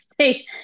say